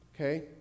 Okay